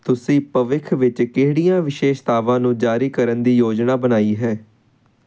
ਤੁਸੀਂ ਭਵਿੱਖ ਵਿੱਚ ਕਿਹੜੀਆਂ ਵਿਸ਼ੇਸ਼ਤਾਵਾਂ ਨੂੰ ਜਾਰੀ ਕਰਨ ਦੀ ਯੋਜਨਾ ਬਣਾਈ ਹੈ